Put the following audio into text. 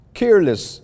careless